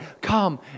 come